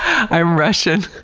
i'm russian.